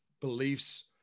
beliefs